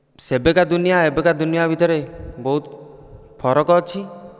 ସେବେକା ଦୁନିଆ ଆଉ ଏବେକା ଦୁନିଆ ଭିତରେ ବହୁତ ଫରକ ଅଛି